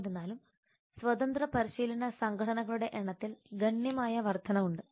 എന്നിരുന്നാലും സ്വതന്ത്ര പരിശീലന സംഘടനകളുടെ എണ്ണത്തിൽ ഗണ്യമായ വർദ്ധനവ് ഉണ്ട്